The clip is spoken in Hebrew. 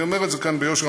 ואני אומר את זה כאן ביושר,